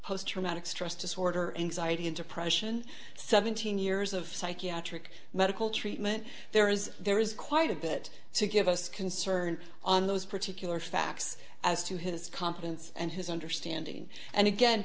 post traumatic stress disorder anxiety and depression seventeen years of psychiatric medical treatment there is there is quite a bit to give us concern on those particular facts as to his competence and his understanding and again